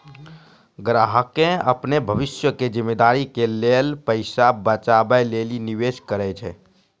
ग्राहकें अपनो भविष्य के जिम्मेदारी के लेल पैसा बचाबै लेली निवेश करै छै